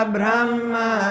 Brahma